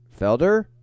Felder